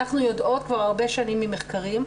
אנחנו יודעות כבר הרבה שנים ממחקרים,